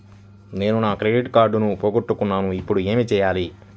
నేను నా క్రెడిట్ కార్డును పోగొట్టుకున్నాను ఇపుడు ఏం చేయాలి?